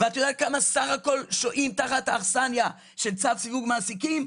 ואת יודעת כמה סך הכל שוהים תחת האכסניה של צו סיווג מעסיקים?